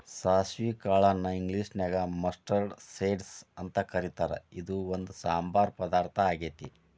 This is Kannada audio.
ಸಾಸವಿ ಕಾಳನ್ನ ಇಂಗ್ಲೇಷನ್ಯಾಗ ಮಸ್ಟರ್ಡ್ ಸೇಡ್ಸ್ ಅಂತ ಕರೇತಾರ, ಇದು ಒಂದ್ ಸಾಂಬಾರ್ ಪದಾರ್ಥ ಆಗೇತಿ